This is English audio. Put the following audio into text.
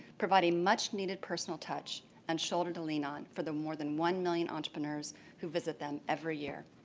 provide a much needed personal touch and shoulder to lean on for the more than one million entrepreneurs who visit them every year.